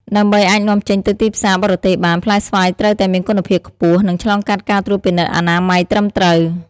ដើម្បីអាចនាំចេញទៅទីផ្សារបរទេសបាន ផ្លែស្វាយត្រូវតែមានគុណភាពខ្ពស់ និងឆ្លងកាត់ការត្រួតពិនិត្យអនាម័យត្រឹមត្រូវ។